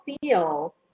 feel